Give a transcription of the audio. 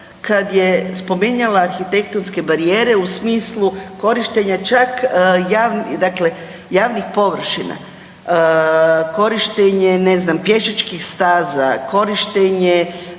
kad je spominjala arhitektonske barijere u smislu korištenja čak javnih, dakle javnih površina, korištenje ne znam pješačkih staza, korištenje